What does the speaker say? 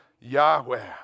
Yahweh